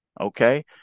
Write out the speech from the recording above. Okay